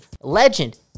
legend